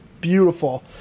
Beautiful